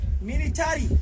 Military